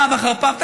פעם אחר פעם,